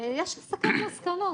ויש הסקת מסקנות.